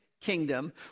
kingdom